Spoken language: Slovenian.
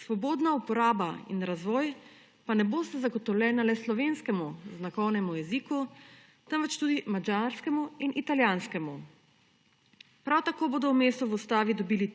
Svobodna uporaba in razvoj pa ne bosta zagotovljena le slovenskemu znakovnemu jeziku, temveč tudi madžarskemu in italijanskemu. Prav tako bodo mesto v ustavi dobili